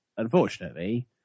Unfortunately